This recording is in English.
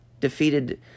defeated